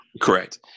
correct